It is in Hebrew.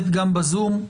בזום.